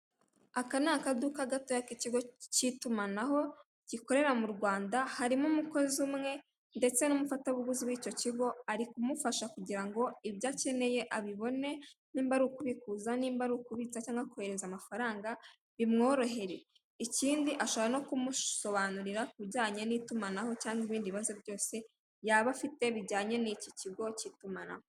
Aka ni akaduka gatoya kicyigo cy'itumanaho, gikorera mu Rwanda harimo umukozi umwe ndetse numufata buguzi w'icyo kigo arikumufasha kugirango ibyo akeneye abibone, nimba ari ukubikuza nimba arukubitsa cyangwa kohereza amafaranga bimworohere, ikindi ashobora no kumusobanurira kubijyanye n'itumanaho cyangwa ikindi kibazo cyose yaba afite kubijyanye n'itumanaho.